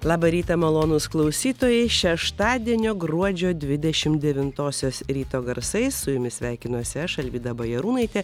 labą rytą malonūs klausytojai šeštadienio gruodžio dvidešim devintosios ryto garsai su jumis sveikinuosi aš alvyda bajarūnaitė